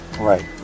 Right